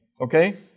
okay